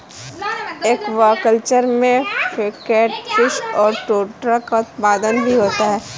aquaculture में catfish और trout का उत्पादन भी होता है